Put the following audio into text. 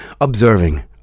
observing